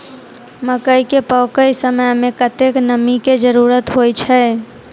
मकई केँ पकै समय मे कतेक नमी केँ जरूरत होइ छै?